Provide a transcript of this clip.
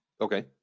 okay